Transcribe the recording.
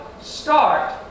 start